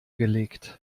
gelegt